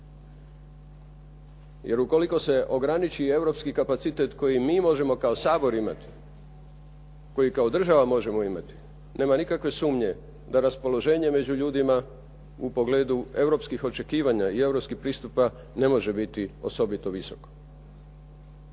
Jer ukoliko se ograniči i europski kapacitet koji mi možemo kao Sabor imati, koji kao država možemo imati nema nikakve sumnje da raspoloženje među ljudima u pogledu europskih očekivanja i europskih pristupa ne može biti osobito visoko.